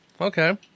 Okay